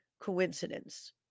coincidence